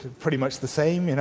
pretty much the same, and